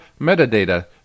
metadata